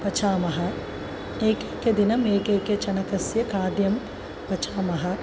पचामः एकेकं दिनं एकेकस्य चणकस्य खाद्यं पचामः